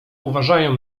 uważają